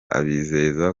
abizeza